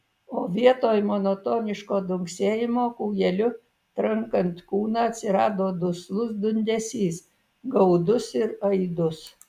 o vietoj monotoniško dunksėjimo kūjeliu trankant kūną atsirado duslus dundesys gaudus ir aidus